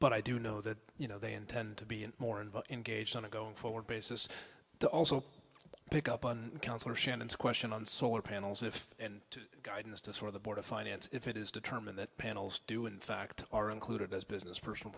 but i do know that you know they intend to be more involved engaged on a going forward basis to also pick up on counselor shannon's question on solar panels if guidance to sort of the board of finance if it is determined that panels do in fact are included as business person